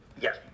Yes